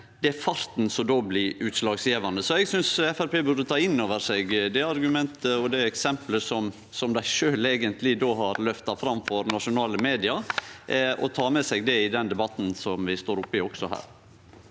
det er farten som då blir utslagsgjevande. Eg synest Framstegspartiet burde ta inn over seg det argumentet og det eksempelet som dei sjølve eigentleg då har løfta fram for nasjonale medium, og ta det med seg i den debatten som vi står oppe i òg her.